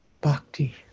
bhakti